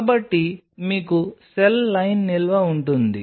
కాబట్టి మీకు cell line నిల్వ ఉంటుంది